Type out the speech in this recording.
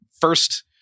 first